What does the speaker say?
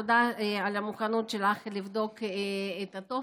תודה על המוכנות שלך לבדוק את הטופס,